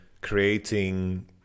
creating